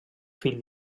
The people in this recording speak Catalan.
fill